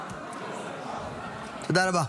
תודה רבה.